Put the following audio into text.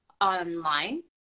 online